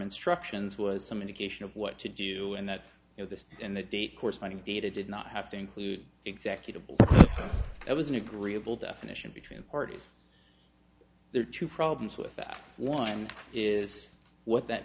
instructions was some indication of what to do and that you know this and the date corresponding data did not have to include executive it was an agreeable definition between parties there are two problems with that one is what that